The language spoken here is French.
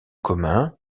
commun